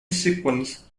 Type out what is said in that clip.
sequence